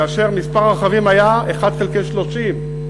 כאשר מספר הרכבים היה 1 חלקי 30,